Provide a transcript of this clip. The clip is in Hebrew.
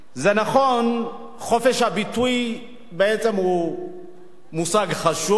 זה נכון, חופש הביטוי הוא מושג חשוב